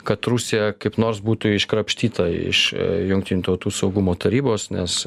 kad rusija kaip nors būtų iškrapštyta iš jungtinių tautų saugumo tarybos nes